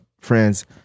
friends